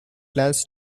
plans